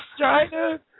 China